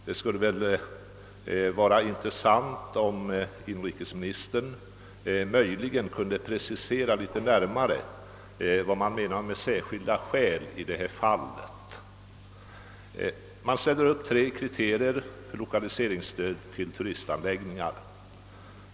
Det skulle vara intressant om inrikesministern möjligen kunde precisera vad som i detta fall menas med »särskilda skäl». Det ställs upp tre kriterier för lokaliseringsstöd till turistanläggningar.